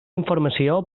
informació